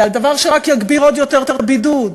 ועל דבר שרק יגביר עוד יותר את הבידוד,